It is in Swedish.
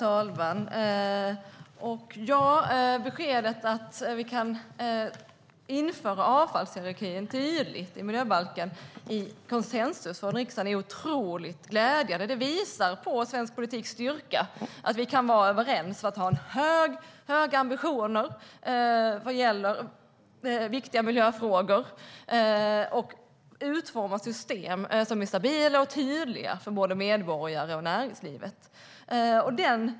Herr talman! Beskedet att det råder konsensus i riksdagen för att införa avfallshierarkin i miljöbalken är glädjande. Det visar på svensk politiks styrka att vi kan vara överens om att ha höga ambitioner i viktiga miljöfrågor och utforma system som är stabila och tydliga för både medborgare och näringsliv.